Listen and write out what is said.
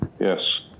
Yes